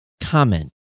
comment